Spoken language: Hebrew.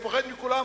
הוא פוחד מכולם,